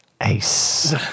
Ace